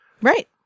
right